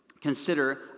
consider